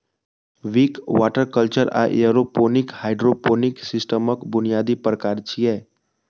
Wick, water culture आ aeroponic hydroponic सिस्टमक बुनियादी प्रकार छियै